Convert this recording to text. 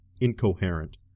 incoherent